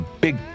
big